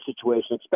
situation